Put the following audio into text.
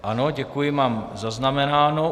Ano, děkuji, mám zaznamenáno.